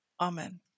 amen